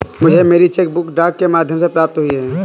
मुझे मेरी cheque book डाक के माध्यम से प्राप्त हुई है